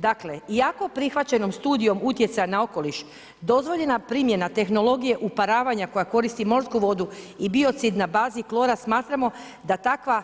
Dakle iako prihvaćenom studijom utjecaja na okoliš dozvoljena primjena tehnologije uparavanja koja koristi morsku vodu i biocid na bazi klora, smatramo da takva